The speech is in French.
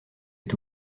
est